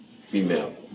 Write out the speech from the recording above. female